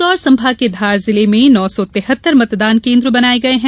इंदौर संभाग के धार जिले में नौ सौ तिहत्तर मतदान केन्द्र बनाये गये हैं